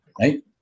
right